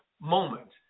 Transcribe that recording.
moment